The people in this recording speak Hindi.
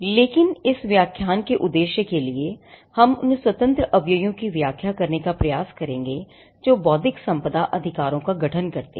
लेकिन इस व्याख्यान के उद्देश्य के लिए हम उन स्वतंत्र अवयवों की व्याख्या करने का प्रयास करेंगे जो बौद्धिक संपदा अधिकारों का गठन करते हैं